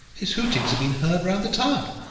his hootings are being heard round the town.